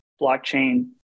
blockchain